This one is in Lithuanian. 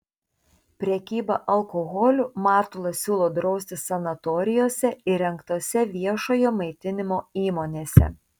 prekybą alkoholiu matulas siūlo drausti sanatorijose įrengtose viešojo maitinimo įmonėse